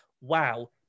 wow